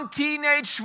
teenage